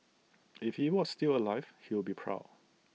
if he was still alive he would be proud